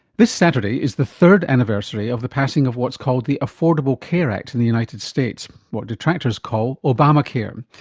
this saturday is the third anniversary of the passing of what's called the affordable care act in the united states, what detractors call obamacare.